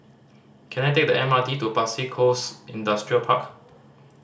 can I take the M R T to Pasir Coast Industrial Park